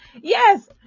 Yes